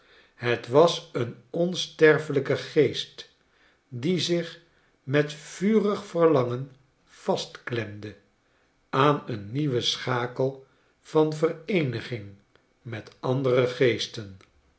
het was een onsterfelyke geest die zich met vurig verlangen vastklemde aan een nieuwe schakel van vereeniging met andere geesten